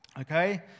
okay